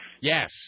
Yes